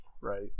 right